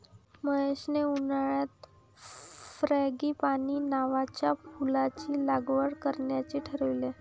महेशने उन्हाळ्यात फ्रँगीपानी नावाच्या फुलाची लागवड करण्याचे ठरवले